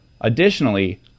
Additionally